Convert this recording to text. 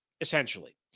essentially